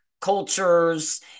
cultures